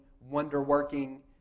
wonder-working